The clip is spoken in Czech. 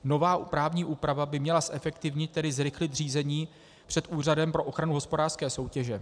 Nová právní úprava by měla zefektivnit, tedy zrychlit, řízení před Úřadem pro ochranu hospodářské soutěže.